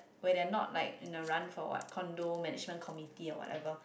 where they're not like in the run for what condo management committee or whatever